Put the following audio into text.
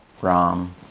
Ram